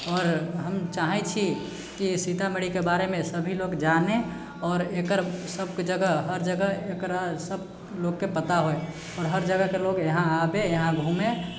आओर हम चाहे छी कि सीतामढ़ीके बारेमे सभी लोक जानै आओर एकर सभके जगह हर जगह एकरा सभ लोकके पता होइ आओर हर जगहके लोक यहाँ आबै यहाँ घुमै